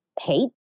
hate